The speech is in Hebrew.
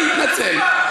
אני אתנצל,